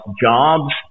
jobs